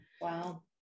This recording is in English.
Wow